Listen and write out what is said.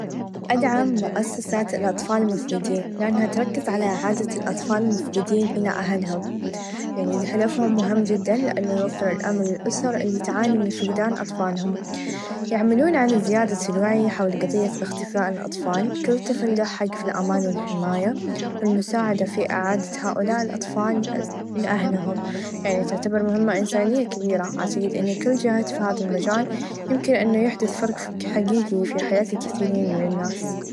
أدعم مؤسسات الاطفال المفقودين لأنها تركز على إعاده الأطفال المفقودين إلى أهلهم يعني هدفهم مهم چدا لأنه يوفر الأمن للأسر إلي تعاني من فقدان اطفالهم يعملون على زياده الوعي حول قضيه إختفاء الاطفال كل طفل له الحق في الامان و الحمايه و المساعده في اعاده هؤلاء الاطفال لاهلهم يعني تعتبر مهمه انسانيه كبيره عشان كل چهد في هذا المچال يمكن ان يحدث فرق حقيقي في حيات الكثير من الناس.